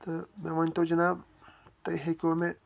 تہٕ مےٚ ؤنۍتو جِناب تُہۍ ہیٚکوٕ مےٚ